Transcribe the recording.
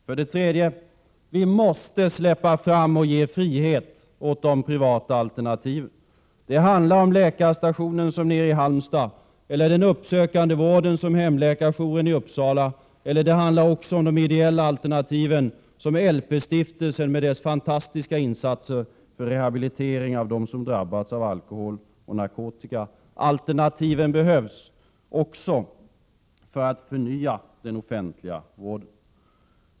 För det tredje: Vi måste släppa fram och ge frihet åt de privata alternativen. Det handlar om läkarstationer, som den nere i Halmstad, eller uppsökande vård, som Hemläkarjouren i Uppsala. Det handlar också om de ideella alternativen, som LP-stiftelsen, med dess fantastiska insatser för rehabilitering av dem som drabbas av alkohol och narkotika. Alternativen behövs också för att förnya den offentliga vården.